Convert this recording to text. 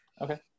Okay